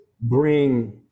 bring